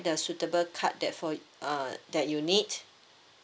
the suitable card that for y~ uh that you need